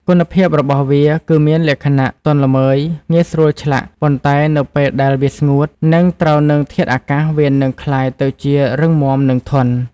គុណភាពរបស់វាគឺមានលក្ខណៈ ទន់ល្មើយងាយស្រួលឆ្លាក់ ប៉ុន្តែនៅពេលដែលវាស្ងួត និងត្រូវនឹងធាតុអាកាស វានឹងក្លាយទៅជា រឹងមាំ និងធន់។